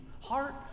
heart